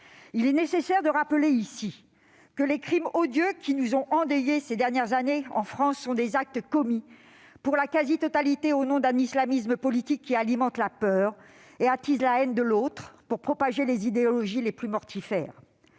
Il est nécessaire de rappeler ici que les crimes odieux qui nous ont endeuillés ces dernières années en France sont des actes commis pour la quasi-totalité au nom d'un islamisme politique qui alimente la peur et attise la haine de l'autre pour propager les idéologies les plus mortifères.